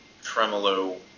tremolo